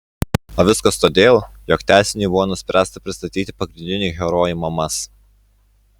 o viskas todėl jog tęsiniui buvo nuspręsta pristatyti pagrindinių herojų mamas